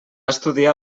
estudiar